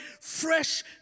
fresh